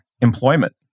employment